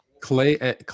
Clay